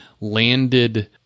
landed